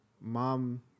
mom